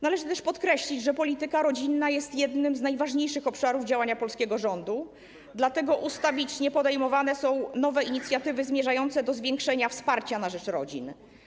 Należy podkreślić, że polityka rodzinna jest jednym z najważniejszych obszarów działania polskiego rządu, dlatego ustawicznie podejmowane są nowe inicjatywy zmierzające do zwiększenia wsparcia na rzecz rodzin.